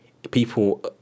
People